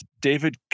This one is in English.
David